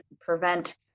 prevent